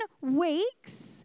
weeks